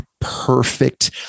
perfect